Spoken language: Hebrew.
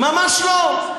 ממש לא.